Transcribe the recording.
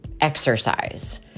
exercise